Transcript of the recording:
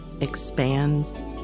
expands